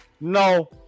No